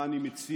מה אני מציע,